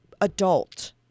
adult